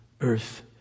earth